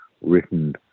written